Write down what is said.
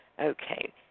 Okay